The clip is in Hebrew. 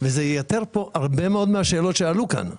וזה ייתר הרבה מאוד מהשאלות שעלו כאן,